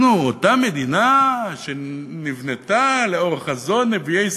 אנחנו, אותה מדינה שנבנתה לאור חזון נביאי ישראל,